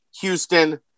Houston